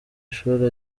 ishuri